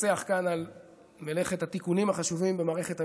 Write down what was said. שמנצח כאן על מלאכת התיקונים החשובים במערכת המשפט,